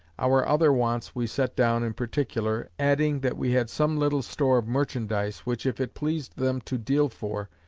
our other wants we set down in particular adding, that we had some little store of merchandise, which if it pleased them to deal for,